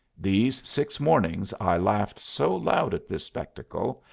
these six mornings i laughed so loud at this spectacle,